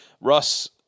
Russ